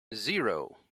zero